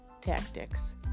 tactics